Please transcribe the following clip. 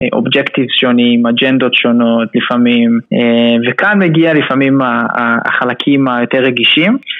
אובג'קטיבס שונים, אג'נדות שונות לפעמים וכאן מגיע לפעמים החלקים היותר רגישים.